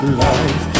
life